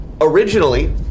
Originally